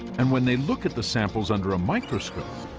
and when they look at the samples under a microscope,